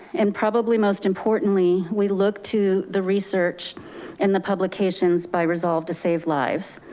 and probably most importantly, we look to the research and the publications by resolve to save lives.